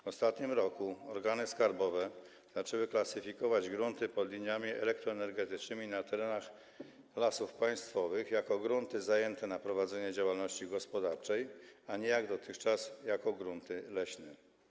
W ostatnim roku organy skarbowe zaczęły klasyfikować grunty pod liniami elektroenergetycznymi na terenach Lasów Państwowych jako grunty zajęte na prowadzenie działalności gospodarczej, a nie jak dotychczas - jako grunty leśne.